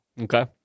Okay